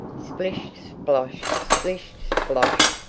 splish-splosh! splish-splosh!